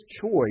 choice